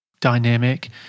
dynamic